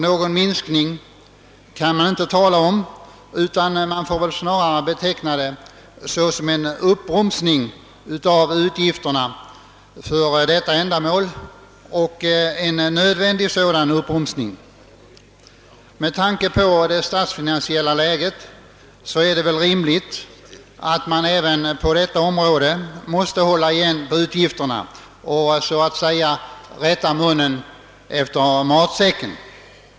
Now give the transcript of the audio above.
Någon minskning kan man inte tala om, utan det hela får snarare betecknas som en nödvändig uppbromsning av utgifterna för detta ändamål. Med tanke på det statsfinansiella läget är det rimligt att vi även på detta område håller igen på utgifterna och så att säga rättar mun efter matsäcken.